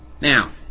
Now